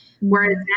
Whereas